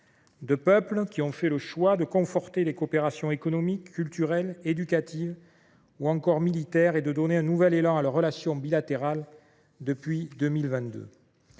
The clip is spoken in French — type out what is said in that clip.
Deux peuples qui ont fait le choix de conforter les coopérations économiques, culturelles, éducatives ou encore militaires et de donner un nouvel élan à leurs relations bilatérales depuis 2022.